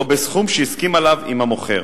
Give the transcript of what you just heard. או בסכום שהסכים עליו עם המוכר,